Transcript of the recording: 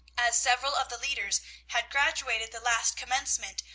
as several of the leaders had graduated the last commencement,